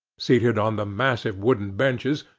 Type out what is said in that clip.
seated on the massive wooden benches,